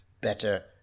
better